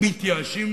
מתייאשים